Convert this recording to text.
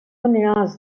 نیاز